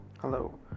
Hello